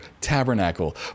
tabernacle